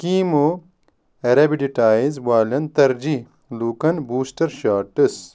کیٖمو ریٚبڈیٹایز والٮ۪ن ترجیح لوٗکن بوسٹر شاٹس